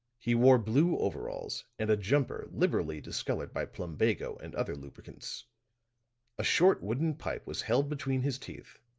he wore blue overalls and a jumper liberally discolored by plumbago and other lubricants a short wooden pipe was held between his teeth,